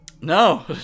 No